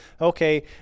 okay